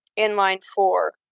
inline-four